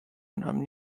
enam